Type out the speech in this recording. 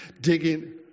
digging